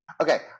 Okay